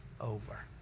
over